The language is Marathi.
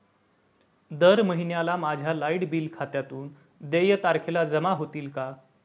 दर महिन्याला माझ्या लाइट बिल खात्यातून देय तारखेला जमा होतील का?